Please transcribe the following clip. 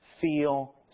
feel